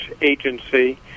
agency